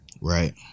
right